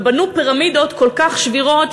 ובנו פירמידות כל כך שבירות,